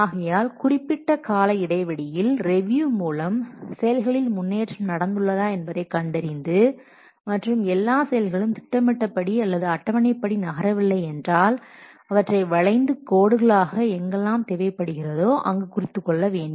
ஆகையால் குறிப்பிட்ட கால இடைவெளியில் ரேவியூ மூலம் செயல்களில் முன்னேற்றம் நடந்துள்ளதா என்பதை கண்டறிந்து மற்றும் எல்லா செயல்களும் திட்டமிட்டபடி அல்லது அட்டவணைப்படி நகரவில்லை என்றால் அவற்றை வளைந்து கோடுகளாக எங்கெல்லாம் தேவைப்படுகிறதோ அங்கு குறித்துக்கொள்ள வேண்டும்